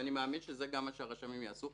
ואני מאמין שזה גם מה שהרשמים יעשו,